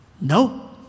No